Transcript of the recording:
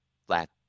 flat